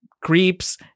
creeps